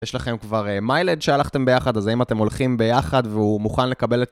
יש לכם כבר milage שהלכתם ביחד, אז האם אתם הולכים ביחד והוא מוכן לקבל את...